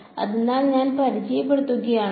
അതിനാൽ ഞാൻ പരിചയപ്പെടുത്തുകയാണെങ്കിൽ